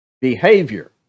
Behavior